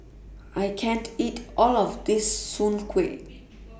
I can't eat All of This Soon Kway